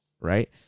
Right